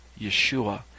Yeshua